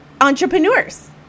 entrepreneurs